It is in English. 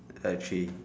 err three